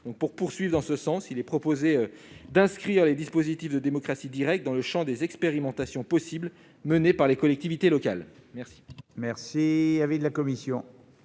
Pour poursuivre nos efforts dans ce sens, il est proposé d'inscrire les dispositifs de démocratie directe dans le champ des expérimentations que peuvent mener les collectivités locales. Quel